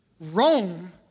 Rome